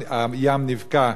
הים נבקע.